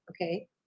Okay